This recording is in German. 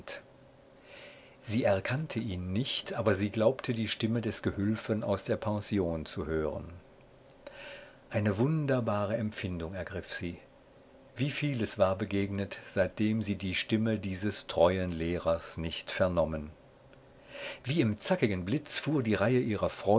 sie erkannte ihn nicht aber sie glaubte die stimme des gehülfen aus der pension zu hören eine wunderbare empfindung ergriff sie wie vieles war begegnet seitdem sie die stimme dieses treuen lehrers nicht vernommen wie im zackigen blitz fuhr die reihe ihrer